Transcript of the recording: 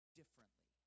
differently